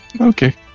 Okay